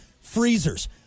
Freezers